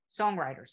Songwriters